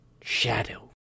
shadow